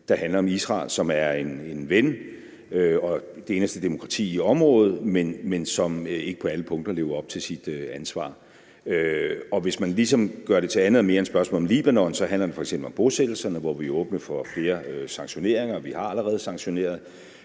der handler om Israel, som er en ven og det eneste demokrati i området, men som ikke på alle punkter lever op til sit ansvar. Hvis man ligesom gør det til andet og mere end spørgsmålet om Libanon, handler det f.eks. også om bosættelserne, hvor vi jo er åbne for flere sanktioneringer, og vi har allerede sanktioneret.